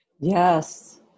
yes